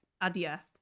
Adia